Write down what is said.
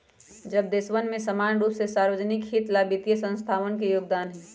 सब देशवन में समान रूप से सार्वज्निक हित ला वित्तीय संस्थावन के योगदान हई